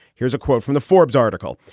here's a quote from the forbes article.